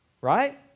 right